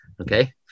Okay